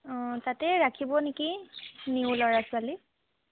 অঁ তাতে ৰাখিব নেকি নিউ ল'ৰা ছোৱালী